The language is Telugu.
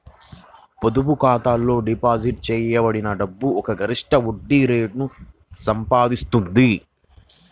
పొదుపు ఖాతాలో డిపాజిట్ చేయబడిన డబ్బు ఒక నిర్దిష్ట వడ్డీ రేటును సంపాదిస్తుంది